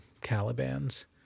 Caliban's